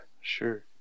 sure